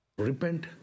repent